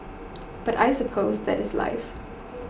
but I suppose that is life